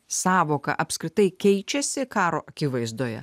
sąvoka apskritai keičiasi karo akivaizdoje